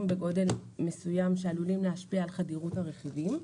בגודל מסוים שעלולים להשפיע על חדירות הרכיבים.